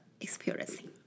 experiencing